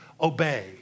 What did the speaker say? obey